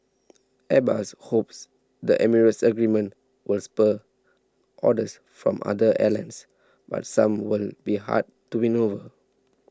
Airbus hopes the Emirates agreement will spur orders from other airlines but some will be hard to win over